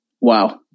wow